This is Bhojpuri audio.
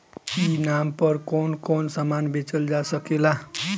ई नाम पर कौन कौन समान बेचल जा सकेला?